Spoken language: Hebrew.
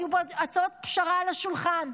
היו עוד הצעות פשרה על השולחן.